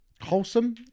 wholesome